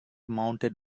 mounted